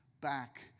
back